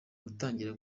yatangiye